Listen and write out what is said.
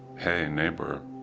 hey neighbor,